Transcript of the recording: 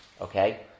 Okay